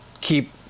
keep